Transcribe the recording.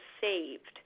saved